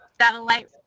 satellite